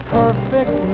perfect